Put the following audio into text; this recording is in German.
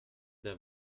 der